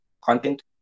content